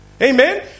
Amen